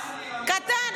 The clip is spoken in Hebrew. קטן.